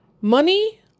Money